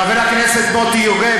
חבר הכנסת מוטי יוגב,